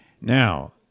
now